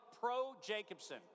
pro-Jacobson